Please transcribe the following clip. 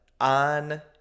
on